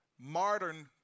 modern